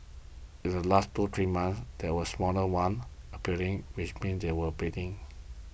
in the last two three months there was smaller one appearing which means they are breeding